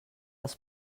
als